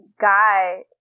guy